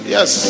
Yes